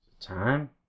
Time